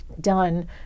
done